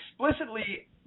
explicitly